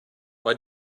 why